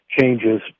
changes